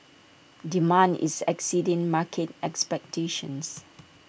demand is exceeding market expectations